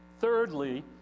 Thirdly